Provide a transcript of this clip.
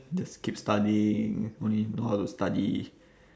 just keep studying only know how to study